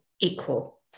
equal